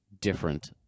different